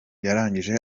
yaragize